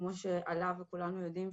שכמו שעלה וכולנו יודעים,